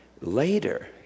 Later